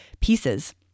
pieces